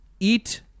Eat